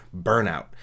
burnout